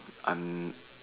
I'm